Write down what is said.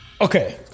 okay